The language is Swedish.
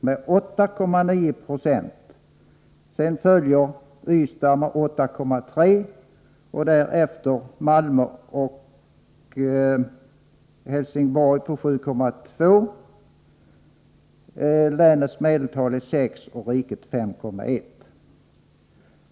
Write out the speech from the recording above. Medeltalet för länet var 6 96 och för hela riket 5,1 9.